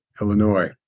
Illinois